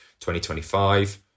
2025